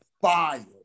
fire